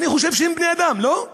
אני חושב שהם בני-אדם, לא?